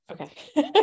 okay